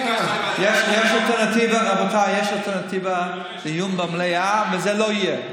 יש אלטרנטיבה, דיון במליאה, וזה לא יהיה.